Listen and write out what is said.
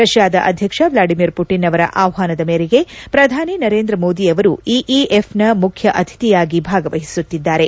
ರಷ್ಯಾದ ಅಧ್ಯಕ್ಷ Vladimir Putin ಅವರ ಆಹ್ವಾನದ ಮೇರೆಗೆ ಪ್ರಧಾನಿ ನರೇಂದ್ರ ಮೋದಿ ಅವರು ಇಇಎಫ್ನ ಮುಖ್ಯ ಅತಿಥಿಯಾಗಿ ಭಾಗವಹಿಸುತ್ತಿದ್ದಾರೆ